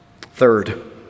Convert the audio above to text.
third